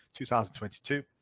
2022